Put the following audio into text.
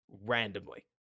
randomly